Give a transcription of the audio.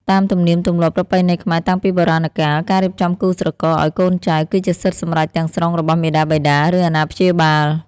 តាមទំនៀមទម្លាប់ប្រពៃណីខ្មែរតាំងពីបុរាណកាល ការរៀបចំគូស្រករឱ្យកូនចៅ គឺជាសិទ្ធិសម្រេចទាំងស្រុងរបស់មាតាបិតា ឬអាណាព្យាបាល។